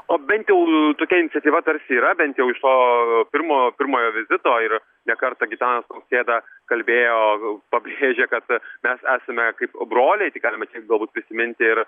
o bent jau tokia iniciatyva tarsi yra bent jau iš to pirmo pirmojo vizito ir ne kartą gitanas nausėda kalbėjo pabrėžė kad mes esame kaip broliai tai galima vis tiek galbūt prisiminti ir